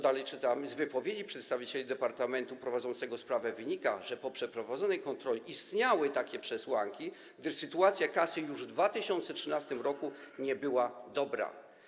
Dalej czytamy: Z wypowiedzi przedstawicieli departamentu prowadzącego sprawę wynika, że po przeprowadzonej kontroli istniały takie przesłanki, gdyż sytuacja kasy już w 2013 r. nie była dobra.